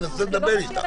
מנסה לדבר אתה.